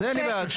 אין בעיה,